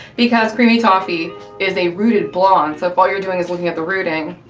because creamy toffee is a rooted blonde, so if all you're doing is looking at the rooting,